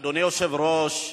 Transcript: אדוני היושב-ראש,